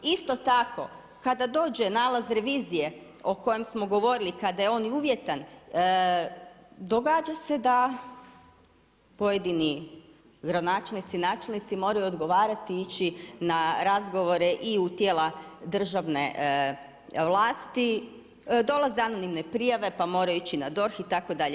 Isto tako kada dođe nalaz revizije o kojem smo govorili kada je on i uvjetan događa se da pojedini gradonačelnici, načelnici moraju odgovarati i ići na razgovore i u tijela državne vlasti, dolaze anonimne prijave pa moraju ići na DORH itd.